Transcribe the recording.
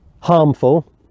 harmful